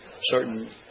certain